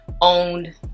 owned